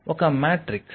ఒక మాట్రిక్స్ సరే